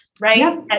right